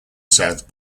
south